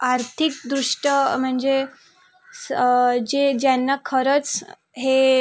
आर्थिकदृष्ट्या म्हणजे स जे ज्यांना खरंच हे